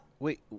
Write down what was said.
Wait